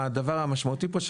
הדבר המשמעותי פה,